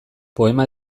poema